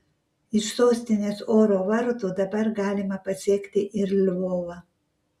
iš sostinės oro vartų dabar galima pasiekti ir lvovą